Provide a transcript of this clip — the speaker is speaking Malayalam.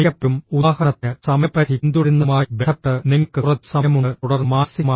മിക്കപ്പോഴും ഉദാഹരണത്തിന് സമയപരിധി പിന്തുടരുന്നതുമായി ബന്ധപ്പെട്ട് നിങ്ങൾക്ക് കുറച്ച് സമയമുണ്ട് തുടർന്ന് മാനസികമായി